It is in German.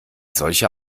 solcher